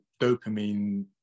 dopamine